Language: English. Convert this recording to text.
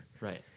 right